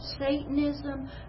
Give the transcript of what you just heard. Satanism